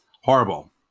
horrible